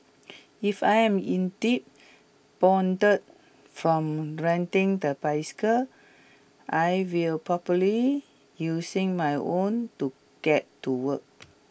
if I am indeed bonded from renting the bicycle I will properly using my own to get to work